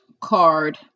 card